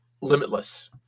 limitless